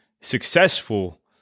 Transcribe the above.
successful